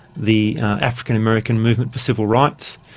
the african-american movement for civil rights,